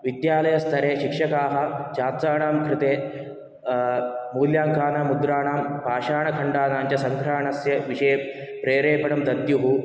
विद्यालयस्तरे शिक्षकाः छात्राणां कृते मूल्याङ्कानां मुद्राणां पाषाण खण्डानाञ्च सङ्ग्रहणस्य विषये प्रेरेपणं दद्युः